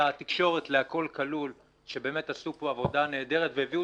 לתקשורת "הכול כלול" שעשו פה עבודה נהדרת והביאו